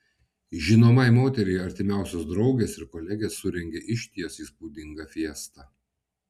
žinomai moteriai artimiausios draugės ir kolegės surengė išties įspūdingą fiestą